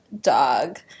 dog